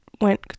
went